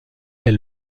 est